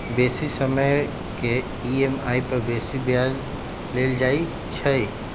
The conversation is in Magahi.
बेशी समय के ई.एम.आई पर बेशी ब्याज लेल जाइ छइ